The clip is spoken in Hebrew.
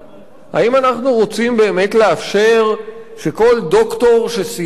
האם אנחנו רוצים באמת לאפשר שכל דוקטור שסיים לימודי